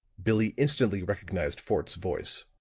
billie instantly recognized fort's voice.